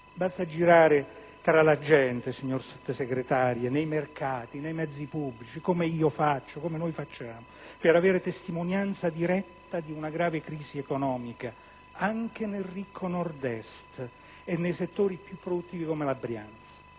Basta girare tra la gente, signor Sottosegretario, nei mercati, nei mezzi pubblici, come faccio io, come facciamo noi, per avere testimonianza diretta di una grave crisi economica, anche nel ricco Nord-Est e nei settori più produttivi, come la Brianza.